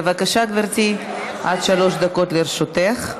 בבקשה, גברתי, עד שלוש דקות לרשותך.